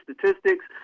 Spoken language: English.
statistics